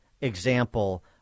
example